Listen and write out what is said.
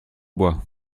bois